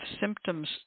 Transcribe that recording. symptoms